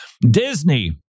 Disney